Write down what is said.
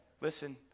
listen